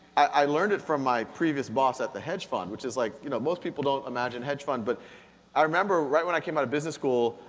i learned it from my previous boss at the hedge fund, which is like you know most people don't imagine hedge fund, but i remember right when i came out of business school,